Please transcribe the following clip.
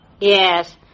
Yes